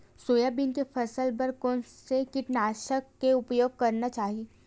Soybean के फसल बर कोन से कीटनाशक के उपयोग करना चाहि?